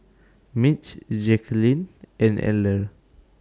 Mitch Jacqulyn and Eller